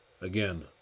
Again